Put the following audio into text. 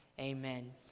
Amen